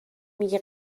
میگه